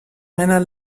einer